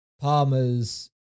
Palmer's